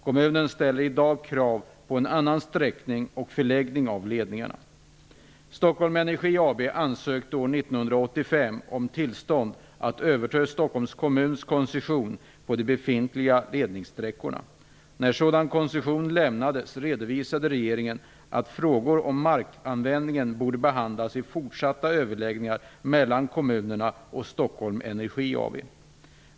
Kommunen ställer i dag krav på en annan sträckning och förläggning av ledningarna. Stockholm Energi AB ansökte år 1985 om tillstånd att överta Stockholms kommuns koncession på de befintliga ledningssträckorna. När sådan koncession lämnades redovisade regeringen att frågor om markanvändningen borde behandlas i fortsatta överläggningar mellan kommunerna och Stockholm Energi AB.